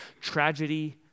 tragedy